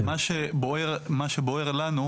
אני אומר מה שבוער לנו.